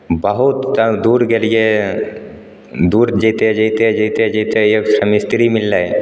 बहुत तब दूर गेलिए दूर जएते जएते जएते जएते एकठाम मिस्त्री मिललै